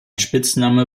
spitzname